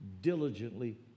diligently